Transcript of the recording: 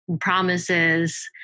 promises